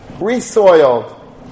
re-soiled